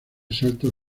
saltos